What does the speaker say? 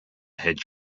head